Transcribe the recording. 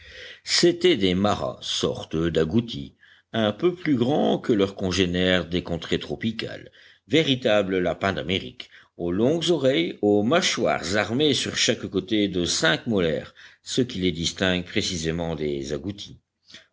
c'étaient des maras sorte d'agoutis un peu plus grands que leurs congénères des contrées tropicales véritables lapins d'amérique aux longues oreilles aux mâchoires armées sur chaque côté de cinq molaires ce qui les distingue précisément des agoutis